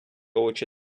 очі